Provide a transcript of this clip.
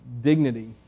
dignity